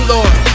Lord